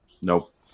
Nope